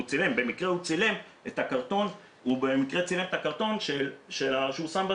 במקרה הוא צילם את הקרטון שהוא שם,